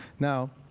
now,